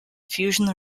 fusion